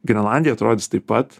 grenlandija atrodys taip pat